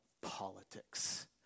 politics